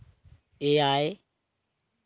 ᱮᱭᱟᱭ